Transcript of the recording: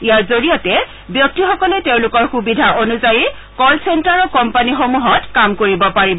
ইয়াৰ জৰিয়তে ব্যক্তিসকলে তেওঁলোকৰ সুবিধা অনুযায়ী কল চেণ্টাৰৰ কোম্পানীসমূহত কাম কৰিব পাৰিব